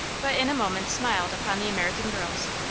but in a moment smiled upon the american girls.